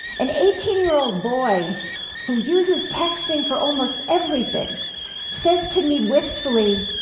an eighteen year old boy who uses texting for almost everything says to me wistfully,